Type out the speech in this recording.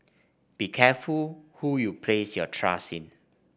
be careful who you place your trust in